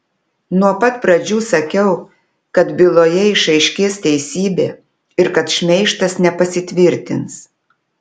nuo pat pradžių sakiau kad byloje išaiškės teisybė ir kad šmeižtas nepasitvirtins